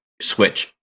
switch